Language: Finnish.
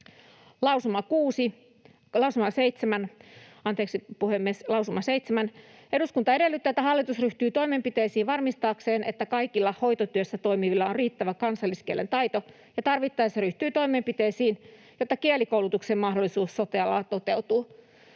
seitsemän: ”Eduskunta edellyttää, että hallitus ryhtyy toimenpiteisiin varmistaakseen, että kaikilla hoitotyössä toimivilla on riittävä kansalliskielen taito, ja tarvittaessa ryhtyy toimenpiteisiin, jotta kielikoulutuksen mahdollisuus sote-alalla toteutuu.”